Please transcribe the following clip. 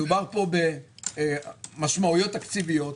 מדובר פה במשמעויות תקציביות.